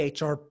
HR